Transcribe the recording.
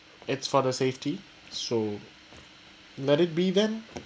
it's for the safety so let it be then